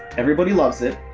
everybody loves it.